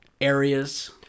areas